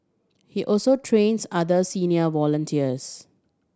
he also trains other senior volunteers